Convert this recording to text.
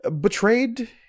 betrayed